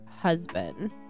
husband